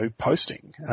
posting